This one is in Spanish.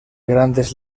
grandes